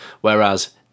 whereas